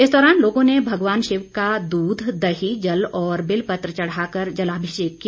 इस दौरान लोगों ने भगवान शिव का दूध दही जल और बिल पत्र चढ़ा कर जलाभिषेक किया